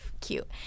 cute